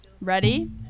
Ready